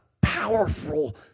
powerful